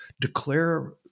declare